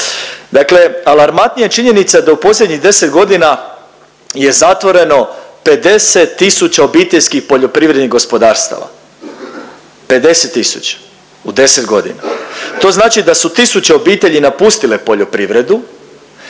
Dakle, alarmantnija je činjenica da u posljednjih 10 godina je zatvoreno 50 000 obiteljskih poljoprivrednih gospodarstava, 50 000 u 10 godina. To znači da su tisuće obitelji napustile poljoprivredu,